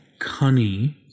cunny